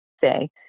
say